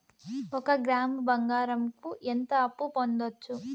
ఒక గ్రాము బంగారంకు ఎంత అప్పు పొందొచ్చు